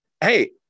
Hey